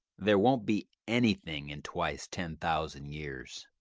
there won't be anything in twice ten thousand years.